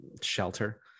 shelter